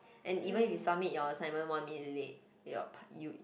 and even if you submit your assignment one minute late your par~ you